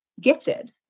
gifted